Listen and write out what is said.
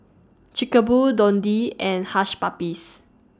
Chic Boo Dundee and Hush Puppies